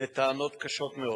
והיו טענות קשות מאוד,